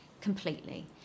completely